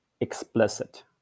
explicit